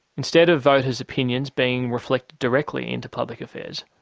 instead of voters' opinions being reflected directly into public affairs,